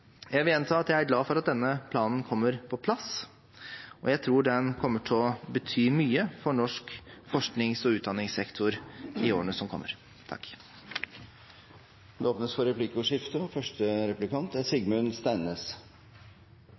Jeg vil gjenta at jeg er glad for at denne planen kommer på plass, og jeg tror den kommer til å bety mye for norsk forsknings- og utdanningssektor i årene som kommer. Det blir replikkordskifte. Trine Skei Grande var i en tidligere replikk her litt inne på det med posisjon og